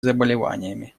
заболеваниями